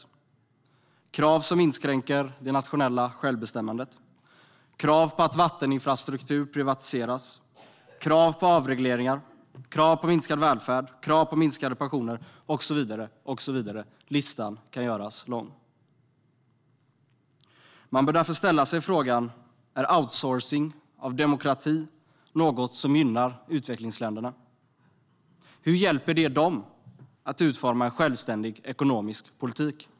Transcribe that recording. Det gäller krav som inskränker det nationella självbestämmandet, krav på att vatteninfrastruktur privatiseras, krav på avregleringar, krav på minskad välfärd, krav på minskade pensioner och så vidare - listan kan göras lång. Man bör därför ställa sig frågan: Är outsourcing av demokrati något som gynnar utvecklingsländerna? Hur hjälper det dem att utforma en självständig ekonomisk politik?